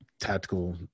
tactical